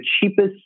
cheapest